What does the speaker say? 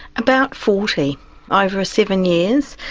about forty over seven years.